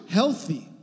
healthy